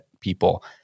people